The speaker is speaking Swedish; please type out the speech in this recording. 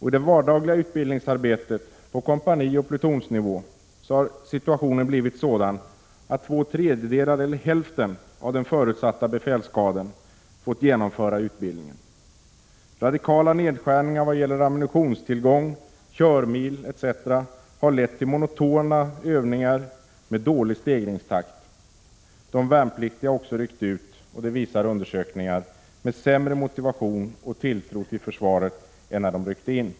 I det vardagliga utbildningsarbetet på kompanioch plutonsnivå har situationen blivit sådan att endast två tredjedelar eller hälften av den förutsatta befälskadern fått genomföra utbildningen. Radikala nedskärningar vad gäller ammunitionstilldelning, körmil etc. har lett till monotona övningar med dålig stegringstakt. Undersökningar visar också att de värnpliktiga har ryckt ut med sämre motivation och tilltro till försvaret än när de ryckte in.